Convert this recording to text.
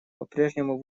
попрежнему